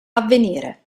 avvenire